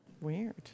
Weird